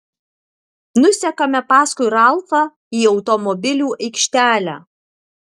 nusekame paskui ralfą į automobilių aikštelę